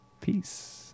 Peace